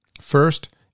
First